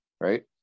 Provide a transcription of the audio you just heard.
right